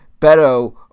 Beto